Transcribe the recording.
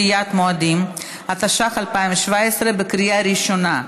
11) (דחיית מועדים), התשע"ח 2017, בקריאה ראשונה.